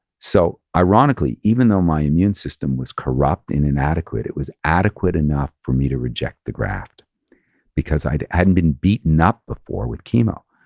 so ironically, even though my immune system was corrupt and inadequate, it was adequate enough for me to reject the graft because i hadn't been beaten up before with chemo.